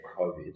COVID